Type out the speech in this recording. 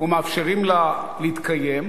ומאפשרים לה להתקיים,